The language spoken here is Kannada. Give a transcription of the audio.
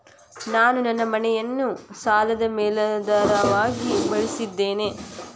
ನಾನು ನನ್ನ ಮನೆಯನ್ನು ಸಾಲದ ಮೇಲಾಧಾರವಾಗಿ ಬಳಸಿದ್ದೇನೆ